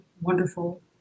wonderful